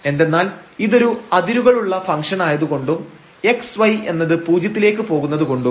എന്തെന്നാൽ ഇതൊരു അതിരുകളുള്ള ഫംഗ്ഷൻആയതുകൊണ്ടും x y എന്നത് പൂജ്യത്തിലേക്ക് പോകുന്നത് കൊണ്ടും